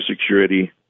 security